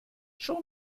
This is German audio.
schon